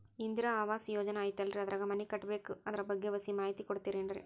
ಇಂದಿರಾ ಆವಾಸ ಯೋಜನೆ ಐತೇಲ್ರಿ ಅದ್ರಾಗ ಮನಿ ಕಟ್ಬೇಕು ಅದರ ಬಗ್ಗೆ ಒಸಿ ಮಾಹಿತಿ ಕೊಡ್ತೇರೆನ್ರಿ?